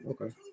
Okay